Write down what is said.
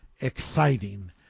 exciting